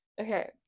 Okay